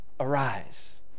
Arise